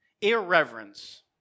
irreverence